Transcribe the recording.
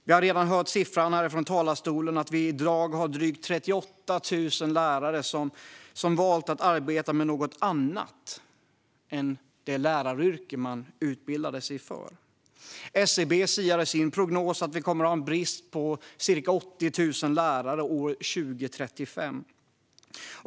Vi har redan fått höra från talarstolen att vi i dag har drygt 38 000 lärare som valt att arbeta med något annat än det läraryrke man utbildade sig för. SCB siar i sin prognos att vi kommer att ha en brist på ca 80 000 lärare år 2035.